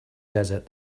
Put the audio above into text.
desert